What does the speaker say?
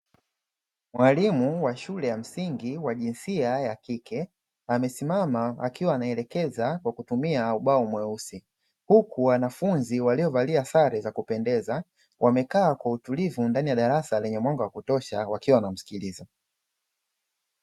Mwalimu wa shule ya msingi wa jinsia ya kike amesimama akiwa anaelekeza kwa kutumia ubao mweusi, huku wanafunzi waliovalia sare za kupendeza wamekaa kwa utulivu ndani ya darasa lenye mwanga wa kutosha wakiwa wanamsikiliza.